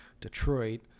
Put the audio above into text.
Detroit